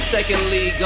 Secondly